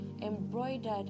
embroidered